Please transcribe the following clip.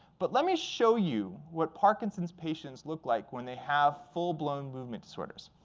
but let me show you what parkinson's patients look like when they have full-blown movement disorders.